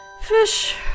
Fish